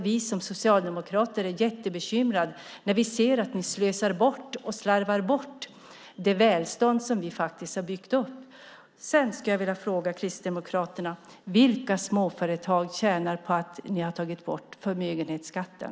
Vi socialdemokrater är jättebekymrade när vi ser att ni slösar bort och slarvar bort det välstånd som vi har byggt upp. Jag vill också fråga Kristdemokraterna: Vilka småföretag tjänar på att ni har tagit bort förmögenhetsskatten?